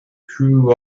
crew